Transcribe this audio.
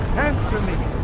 answer me!